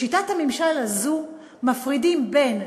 בשיטת הממשל הזו מפרידים בין,